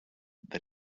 that